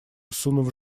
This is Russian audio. сунув